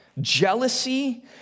jealousy